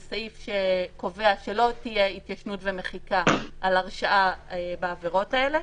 שקובע שלא תהיה התיישנות ומחיקה על הרשעה בעבירות האלה,